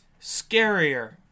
scarier